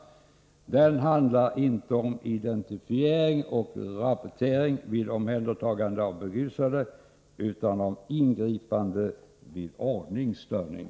Den handlar inte om identifiering och rapportering vid omhändertagande av berusade utan om ingripande vid ordningsstörning.